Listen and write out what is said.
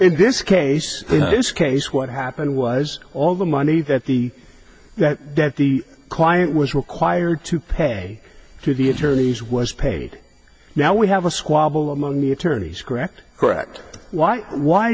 in this case this case what happened was all the money that the debt the client was required to pay to the attorneys was paid now we have a squabble among the attorneys correct correct why why